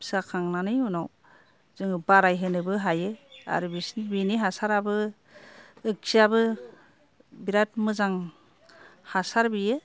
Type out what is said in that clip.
फिसा खांनानै उनाव जोङो बारायहोनोबो हायो आरो बिसिनि बिनि हासारआबो खियाबो बिरात मोजां हासार बियो